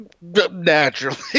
naturally